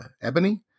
ebony